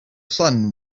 son